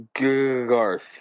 Garth